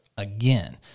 again